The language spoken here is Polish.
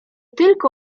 tylko